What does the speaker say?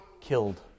killed